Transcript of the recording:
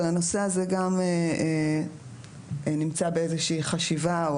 אבל הנושא הזה גם נמצא באיזושהי חשיבה או